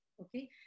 okay